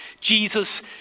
Jesus